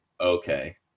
okay